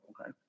okay